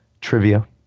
trivia